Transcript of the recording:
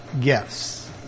gifts